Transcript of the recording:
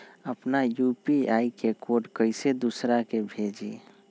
अपना यू.पी.आई के कोड कईसे दूसरा के भेजी?